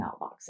mailboxes